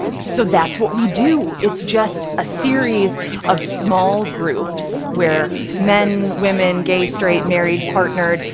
so that's what we do. it's just a series of small groups, where men, women, gay, straight, married, partnered,